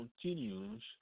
continues